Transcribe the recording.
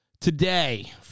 today